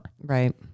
right